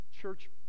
church